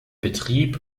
betrieb